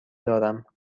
دارم